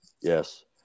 yes